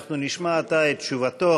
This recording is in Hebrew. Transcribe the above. אנחנו נשמע את תשובתו